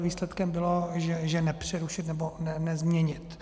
Výsledkem bylo, že nepřerušit nebo nezměnit.